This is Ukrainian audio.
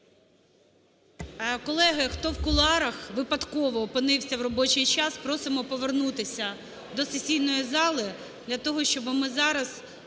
Колеги, хто в кулуарах випадково опинився в робочий час, просимо повернутися до сесійної зали для того, щоб ми зараз